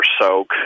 soak